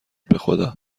بخدا